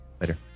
Later